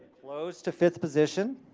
close to fifth position.